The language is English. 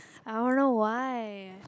I don't know why